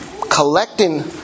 collecting